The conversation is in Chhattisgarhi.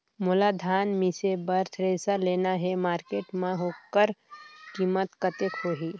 मोला धान मिसे बर थ्रेसर लेना हे मार्केट मां होकर कीमत कतेक होही?